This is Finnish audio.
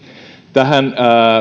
tähän